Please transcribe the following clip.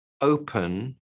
open